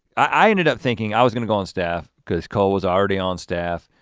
i ended up thinking i was gonna go on staff cause cole was already on staff.